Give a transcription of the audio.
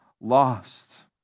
lost